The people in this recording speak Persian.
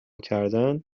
کردن